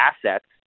assets